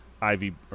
Ivy